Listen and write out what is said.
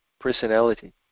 personality